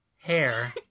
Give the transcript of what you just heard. hair